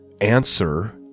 answer